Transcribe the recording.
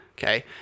Okay